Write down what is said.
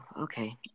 Okay